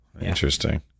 Interesting